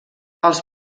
els